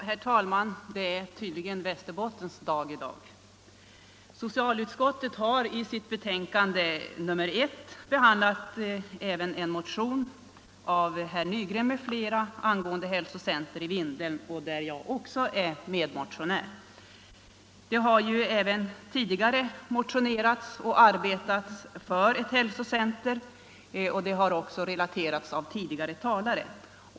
Herr talman! Det är tydligen Västerbottens dag i dag. Socialutskottet har i sitt betänkande nr 1 behandlat även en motion av herr Nygren m.fl. angående hälsocentrum i Vindeln, där jag är medmotionär. Det har även tidigare motionerats och arbetats för ett hälsocentrum, vilket också har relaterats av tidigare talare.